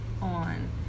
on